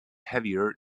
heavier